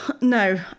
no